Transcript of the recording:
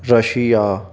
Russia